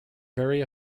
very